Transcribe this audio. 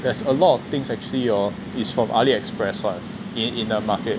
there's a lot of things actually hor it's from ali express [one] in in the market